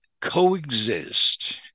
coexist